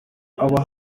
aba